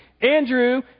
Andrew